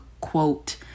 quote